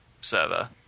server